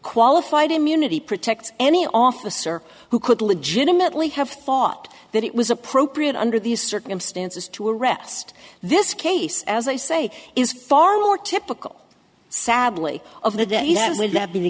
qualified immunity protects any officer who could legitimately have thought that it was appropriate under these circumstances to arrest this case as i say is far more typical sadly of the day that would not be the